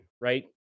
right